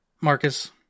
Marcus